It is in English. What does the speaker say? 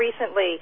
recently